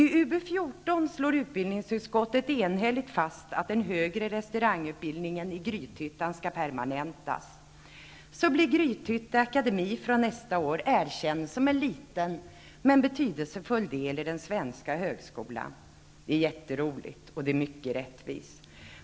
I betänkande 1991/92:UbU14 slår utbildningsutskottet enhälligt fast att den högre restaurangutbildningen i Grythyttan skall permanentas. Så blir Grythytte akademi från nästa år erkänd som en liten, men betydelsefull, del i den svenska högskolan. Det är jätteroligt, och det är mycket rättvist.